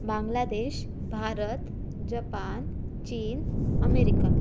Bangladesh Bharat Japan चीन America